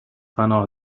پناه